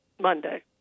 Monday